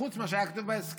חוץ ממה שהיה כתוב בהסכם,